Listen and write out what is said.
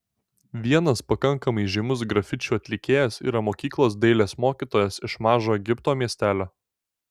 vienas pakankamai žymus grafičių atlikėjas yra mokyklos dailės mokytojas iš mažo egipto miestelio